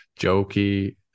jokey